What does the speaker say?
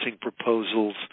proposals